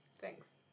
thanks